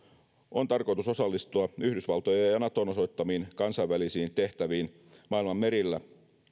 on tarkoitus osallistua yhdysvaltojen ja naton osoittamiin kansainvälisiin tehtäviin maailman merillä